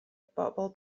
bobl